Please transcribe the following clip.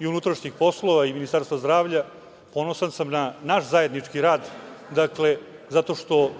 i unutrašnjih poslova i Ministarstva zdravlja, ponosan sam na naš zajednički rad, zato što